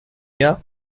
yeux